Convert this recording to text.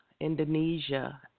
Indonesia